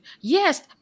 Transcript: Yes